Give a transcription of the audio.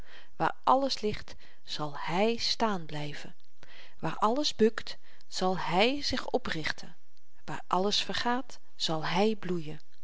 waar alles ligt zal hy staan blyven waar alles bukt zal hy zich oprichten waar alles vergaat zal hy bloeien